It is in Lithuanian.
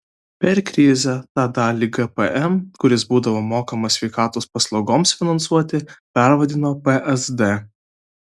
per krizę tą dalį gpm kuris būdavo mokamas sveikatos paslaugoms finansuoti pervadino psd